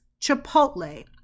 Chipotle